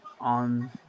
on